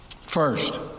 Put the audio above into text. First